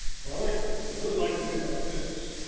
so i like i really like the way that fits